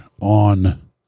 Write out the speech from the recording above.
on